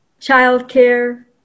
childcare